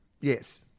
yes